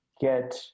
get